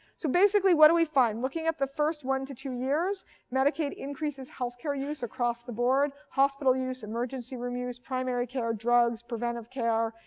so basically what do we find? looking at the first one to two years, medicaid increases health care use across the board, hospital use, emergency room use, primary care, drugs, preventive care.